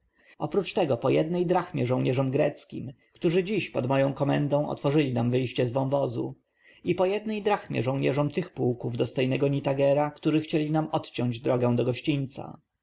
oprócz tego po jednej drachmie żołnierzom greckim którzy dziś pod moją komendą otworzyli nam wyjście z wąwozu i po jednej drachmie żołnierzom tych pułków dostojnego nitagera którzy chcieli nam odciąć drogę do gościńca